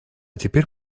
теперь